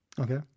Okay